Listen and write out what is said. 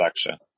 section